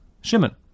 Shimon